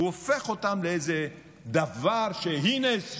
הוא הופך אותם לאיזה דבר של: הינה,